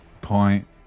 Point